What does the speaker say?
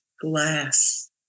glass